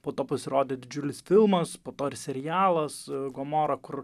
po to pasirodė didžiulis filmas po to ir serialas gomora kur